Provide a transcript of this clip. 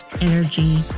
energy